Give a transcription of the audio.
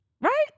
Right